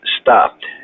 stopped